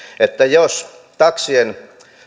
siihen jos taksien